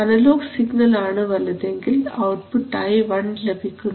analogue signal ആണ് വലുതെങ്കിൽ ഔട്ട്പുട്ടായി 1 ലഭിക്കുന്നു